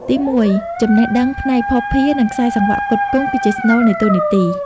ទីមួយ ចំណេះដឹងផ្នែកភស្តុភារ និងខ្សែសង្វាក់ផ្គត់ផ្គង់ គឺជាស្នូលនៃតួនាទី។